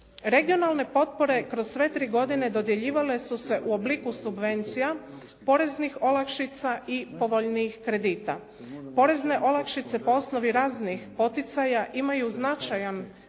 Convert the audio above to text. Regionalne potpore kroz sve tri godine dodjeljivale su se u obliku subvencija, poreznih olakšica i povoljnijih kredita. Porezne olakšice po osnovi raznih poticaja imaju značajan